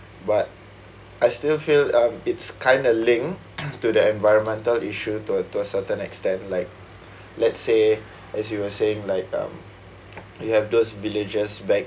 but I still feel um it's kind of link to the environmental issue to a to a certain extent like let's say as you were saying like um you have those villagers back